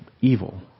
evil